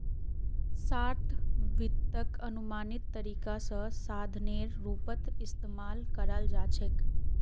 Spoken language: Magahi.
शार्ट वित्तक अनुमानित तरीका स साधनेर रूपत इस्तमाल कराल जा छेक